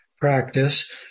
practice